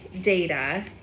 data